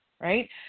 right